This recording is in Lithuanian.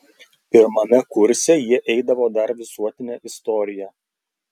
pirmame kurse jie eidavo dar visuotinę istoriją